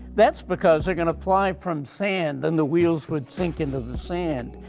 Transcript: that's because they're going to fly from sand and the wheels would sink into the sand.